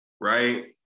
right